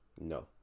No